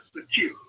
secure